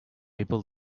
able